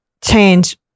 change